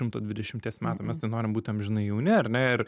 šimto dvidešimties metų mes tai norim būti amžinai jauni ar ne ir